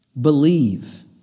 believe